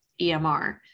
EMR